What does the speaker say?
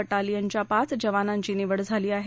बटालियनच्या पाच जवानांची निवड झाली आहे